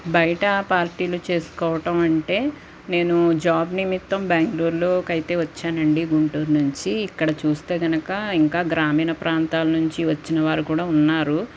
బయట పార్టీలు చేసుకోవటం అంటే నేను జాబ్ నిమిత్తం బ్యాంగ్లూర్లో కైతే వచ్చానండీ గుంటూరు నుంచి ఇక్కడ చూస్తే కనుక ఇంకా గ్రామీణ ప్రాంతాల నుంచి వచ్చిన వారు కూడా ఉన్నారు